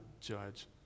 judge